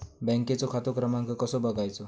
बँकेचो खाते क्रमांक कसो बगायचो?